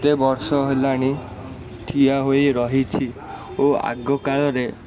ଏତେ ବର୍ଷ ହେଲାଣି ଠିଆହୋଇ ରହିଛି ଓ ଆଗ କାଳରେ